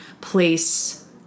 place